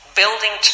building